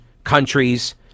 countries